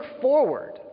forward